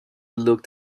looked